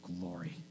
glory